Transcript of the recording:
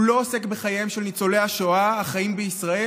הוא לא עוסק בחייהם של ניצולי השואה החיים בישראל,